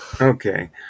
okay